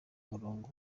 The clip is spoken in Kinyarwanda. murongo